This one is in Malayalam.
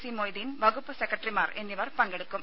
സി മൊയ്തീൻ വകുപ്പ് സെക്രട്ടറിമാർ എന്നിവർ പങ്കെടുക്കും